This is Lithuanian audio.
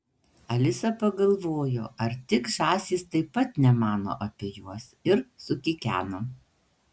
alisa pagalvojo ar tik žąsys taip pat nemano apie juos ir sukikeno